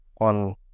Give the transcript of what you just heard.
on